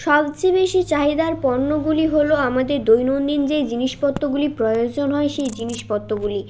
সবচেয়ে বেশি চাহিদার পণ্যগুলি হল আমাদের দৈনন্দিন যেই জিনিসপত্রগুলি প্রয়োজন হয় সেই জিনিসপত্রগুলি